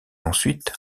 ensuite